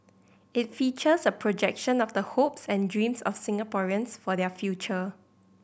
it features a projection of the hopes and dreams of Singaporeans for their future